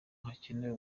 hakenewe